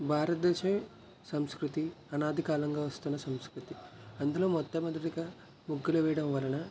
భారతదేశం సంస్కృతి అనాదికాలంగా వస్తున్న సంస్కృతి అందులో మొట్టమొదటిగా ముగ్గులు వేయడం వలన